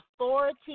authority